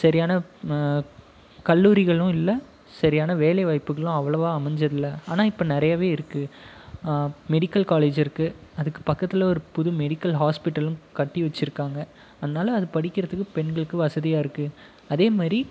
சரியான கல்லூரிகளும் இல்லை சரியான வேலை வாய்ப்புகளும் அவ்வளவா அமைஞ்சிடலை ஆனால் இப்போ நிறையவே இருக்குது மெடிக்கல் காலேஜ் இருக்குது அதுக்கு பக்கத்தில் ஒரு புது மெடிக்கல் ஹாஸ்பிட்டலும் கட்டி வச்சிருக்காங்க அதனால அது படிக்கிறத்துக்கு பெண்களுக்கு வசதியாக இருக்குது அதேமாதிரி